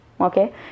Okay